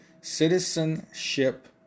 Citizenship